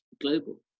global